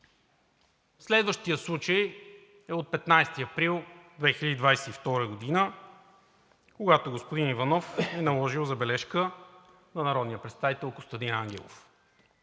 Следващият случай е от 15 април 2022 г., когато господин Иванов е наложил „забележка“ на народния представител Костадин Ангелов.